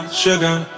sugar